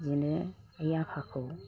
बिदिनो आइ आफाखौ